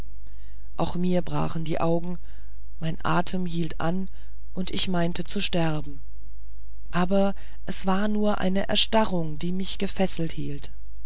auch mir brachen die augen mein atem hielt an und ich meinte zu sterben aber es war nur eine erstarrung die mich gefesselt hielt